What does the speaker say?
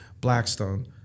Blackstone